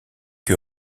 que